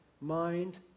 mind